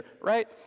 right